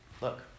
look